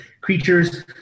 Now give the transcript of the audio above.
creatures